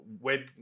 web